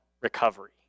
recovery